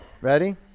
Ready